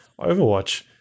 Overwatch